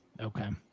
Okay